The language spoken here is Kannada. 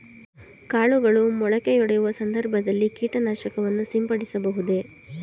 ಕಾಳುಗಳು ಮೊಳಕೆಯೊಡೆಯುವ ಸಂದರ್ಭದಲ್ಲಿ ಕೀಟನಾಶಕವನ್ನು ಸಿಂಪಡಿಸಬಹುದೇ?